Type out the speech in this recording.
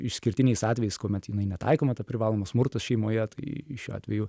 išskirtiniais atvejais kuomet jinai netaikoma ta privaloma smurtas šeimoje tai šiuo atveju